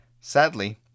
Sadly